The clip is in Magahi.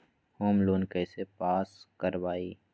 होम लोन कैसे पास कर बाबई?